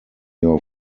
your